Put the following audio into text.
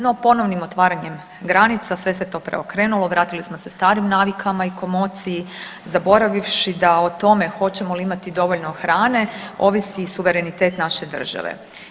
No ponovnim otvaranjem granica sve se to preokrenulo, vratili smo se starim navikama i komociji zaboravivši da o tome hoćemo li imati dovoljno hrane ovisi suverenitet naše države.